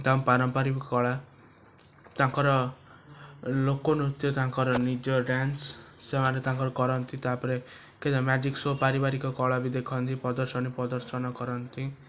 ତ ଆମ ପାରମ୍ପରିକ କଳା ତାଙ୍କର ଲୋକ ନୃତ୍ୟ ତାଙ୍କର ନିଜ ଡ୍ୟାନ୍ସ ସେମାନେ ତାଙ୍କର କରନ୍ତି ତା'ପରେ କେତେ ମ୍ୟାଜିକ୍ ସୋ ପାରିବାରିକ କଳା ବି ଦେଖନ୍ତି ପ୍ରଦର୍ଶନୀ ପ୍ରଦର୍ଶନ କରନ୍ତି